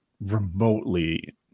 remotely